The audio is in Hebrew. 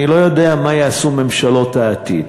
אני לא יודע מה יעשו ממשלות העתיד.